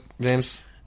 James